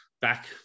back